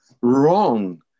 wrong